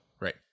Right